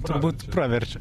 turbūt praverčia